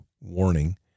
warning